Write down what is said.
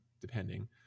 depending